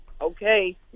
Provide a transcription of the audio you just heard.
Okay